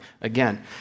again